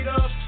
up